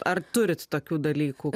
ar turit tokių dalykų